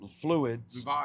fluids